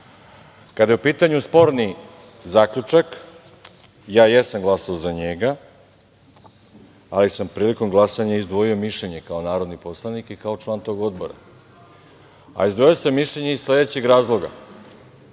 je u pitanju sporni Zaključak, ja jesam glasao za njega, ali sam prilikom glasanja izdvojio mišljenje kao narodni poslanik i kao član tog Odbora, a izdvojio sam mišljenje iz sledećeg razloga,